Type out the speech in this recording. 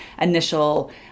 initial